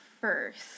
first